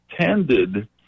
tended—